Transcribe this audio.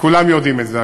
וכולם יודעים את זה,